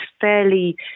fairly